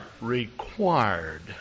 Required